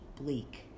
bleak